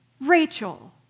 Rachel